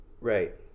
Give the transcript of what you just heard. Right